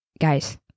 guys